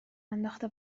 انداخته